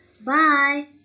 Bye